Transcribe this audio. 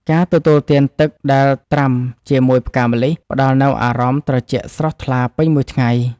ការទទួលទានទឹកដែលត្រាំជាមួយផ្កាម្លិះ ផ្តល់នូវអារម្មណ៍ត្រជាក់ស្រស់ថ្លាពេញមួយថ្ងៃ។